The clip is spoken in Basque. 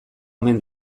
omen